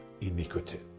iniquity